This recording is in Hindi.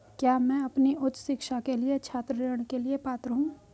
क्या मैं अपनी उच्च शिक्षा के लिए छात्र ऋण के लिए पात्र हूँ?